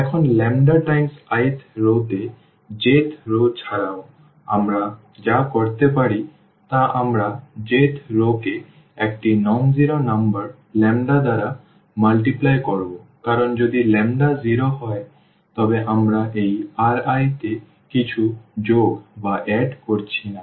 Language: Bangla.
এখানে ল্যাম্বডা টাইমস i th রওতে j th রও ছাড়া ও আমরা যা করতে পারি তা আমরা j th রওকে একটি অ শূন্য নম্বর ল্যাম্বডা দ্বারা গুণ করব কারণ যদি ল্যাম্বডা 0 হয় তবে আমরা এই Ri তে কিছু যোগ করছি না